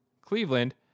Cleveland